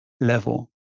level